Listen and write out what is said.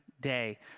day